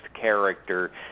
character